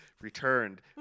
returned